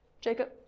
Jacob